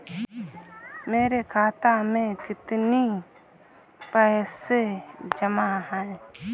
मेरे खाता में कितनी पैसे जमा हैं?